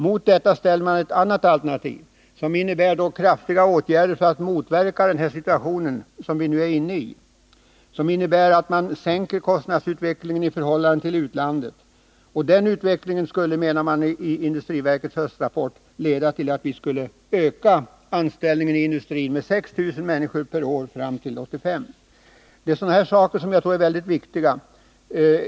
Mot detta ställde man ett annat alternativ, som innebar att det vidtas kraftiga åtgärder för att motverka den situation vi nu har och att kostnadsutvecklingen sänks i förhållande till utlandet, alltså åtgärder av den typ regeringen nu föreslår. Den utvecklingen skulle, menar man i industriverkets höstrapport, leda till att vi ökade anställningarna inom industrin med 6 000 människor per år fram till 1985. Det är mycket viktigt att sådana här frågor kommer ut.